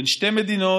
בין שתי מדינות,